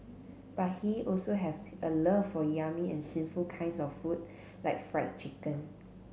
but he also have a love for yummy and sinful kinds of food like Fried Chicken